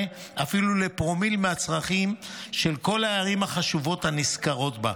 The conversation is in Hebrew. אפילו לפרומיל מהצרכים של כל הערים החשובות הנזכרות בה,